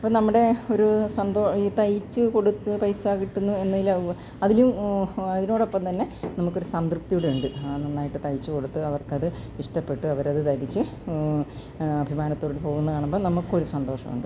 ഇപ്പോൾ നമ്മുടെ ഒരൂ സംഭവം ഈ തയിച്ച് കൊട്ത്ത് പൈസാ കിട്ട്ന്നു എന്നയ്ല് അതിലും അതിനോടൊപ്പംതന്നെ നമുക്കൊരു സംതൃപ്തി കൂടിയുണ്ട് നന്നായിട്ട് തയ്ച്ച് കൊട്ത്തു അവർക്കത് ഇഷ്ട്ടപ്പെട്ടു അവരത് ധരിച്ച് അഭിമാനത്തോടൂടി പോകുന്നത് കാണുമ്പോൾ നമുക്ക് ഒരു സന്തോഷമുണ്ട്